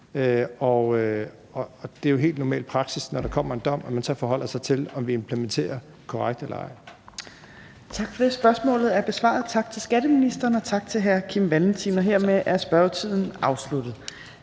Det er helt normal praksis, når der kommer en dom, at man så forholder sig til, om vi implementerer korrekt eller ej.